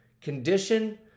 Condition